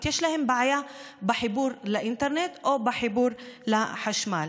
יש בעיה בחיבור לאינטרנט או בחיבור לחשמל?